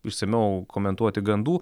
išsamiau komentuoti gandų